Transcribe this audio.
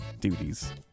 duties